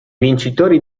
vincitori